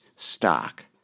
stock